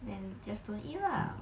then just don't eat lah